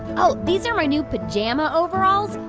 oh, these are my new pajama overalls.